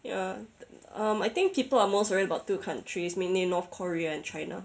ya um I think people are most worried about two countries mainly in north korea and china